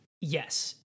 Yes